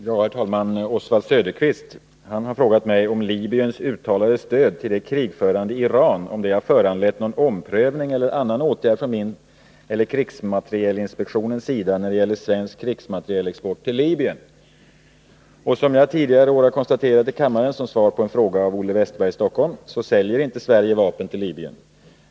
Herr talman! Oswald Söderqvist har frågat mig om Libyens uttalade stöd till det krigförande Iran har föranlett någon omprövning eller annan åtgärd från min eller krigsmaterielinspektionens sida när det gäller svensk krigsmaterielexport till Libyen. Som jag tidigare i år konstaterat i kammaren som svar på en fråga av Olle Wästberg i Stockholm säljer inte Sverige vapen till Libyen.